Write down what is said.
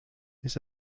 ist